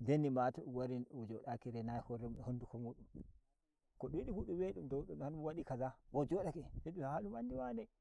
deni ma to dun wari mo jodaki renayi horemun a hnduko mun ko dun yidi fu dun wi ai dum dow don wadi kaza bo jodake. haba dum andi wane.